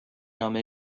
نام